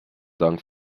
dank